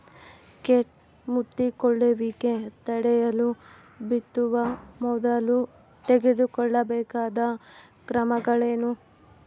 ಕೇಟ ಮುತ್ತಿಕೊಳ್ಳುವಿಕೆ ತಡೆಯಲು ಬಿತ್ತುವ ಮೊದಲು ತೆಗೆದುಕೊಳ್ಳಬೇಕಾದ ಕ್ರಮಗಳೇನು?